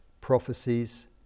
prophecies